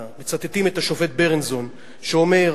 מצטטים את השופט ברנזון שאומר: